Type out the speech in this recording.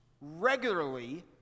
regularly